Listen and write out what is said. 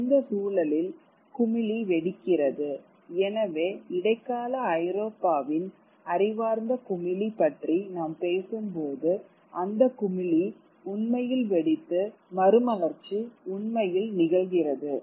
எனவே இந்த சூழலில் குமிழி வெடிக்கிறது எனவே இடைக்கால ஐரோப்பாவின் அறிவார்ந்த குமிழி பற்றி நாம் பேசும்போது அந்தக் குமிழி உண்மையில் வெடித்து மறுமலர்ச்சி உண்மையில் நிகழ்கிறது